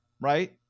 right